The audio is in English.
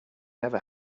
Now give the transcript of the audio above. never